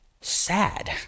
sad